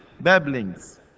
babblings